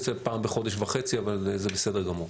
זה יוצא פעם בחודש וחצי אבל זה בסדר גמור.